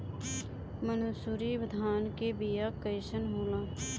मनसुरी धान के बिया कईसन होला?